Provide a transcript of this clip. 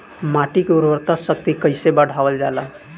माटी के उर्वता शक्ति कइसे बढ़ावल जाला?